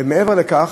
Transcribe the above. ומעבר לכך,